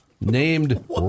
Named